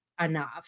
enough